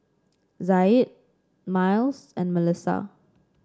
Zaid Myles and Melisa